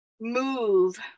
Move